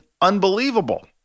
unbelievable